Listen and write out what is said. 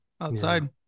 outside